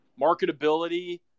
marketability